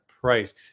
price